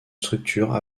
structure